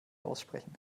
aussprechen